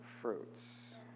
fruits